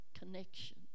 connection